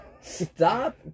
Stop